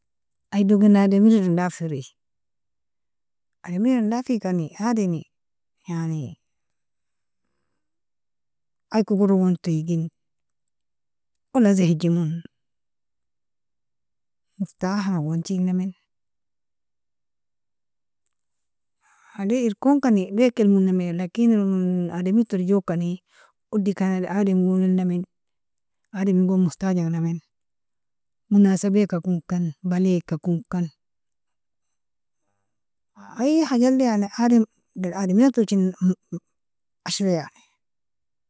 Idogena adamire idandafiri, adamire idandafikani adami yani iekogorgon tigin wala zahijimon mortahangon tignamin ade irkon kani waker elmonami lakini eronon adamire torijokani udikani adamgon elnamin adamigon mohtajngamin, monasabika konkan balika konkan ay hajali yani adam adamire idan tojin ashra yani